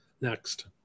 Next